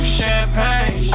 champagne